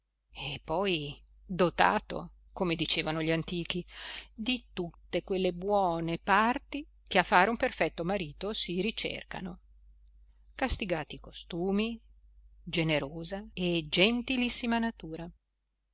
e poi dotato come dicevano gli antichi di tutte quelle buone parti che a fare un perfetto marito si ricercano castigati costumi generosa e gentilissima natura